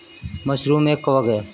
mushroom एक कवक है